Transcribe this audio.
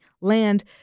land